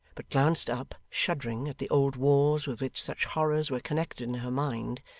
but glanced up, shuddering, at the old walls with which such horrors were connected in her mind,